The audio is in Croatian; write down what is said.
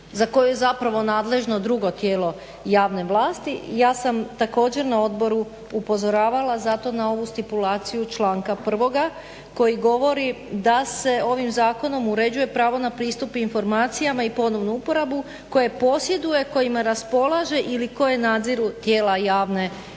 za koju je zapravo nadležno drugo tijelo javne vlasti. Ja sam također na odboru upozoravala zato na ovu stimulaciju članka 1. koji govori da se ovim zakonom uređuje pravo na pristup informacijama i ponovnu uporabu koje posjeduje, kojima raspolaže ili koje nadziru tijela javne vlasti,